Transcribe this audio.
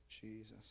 Jesus